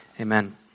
amen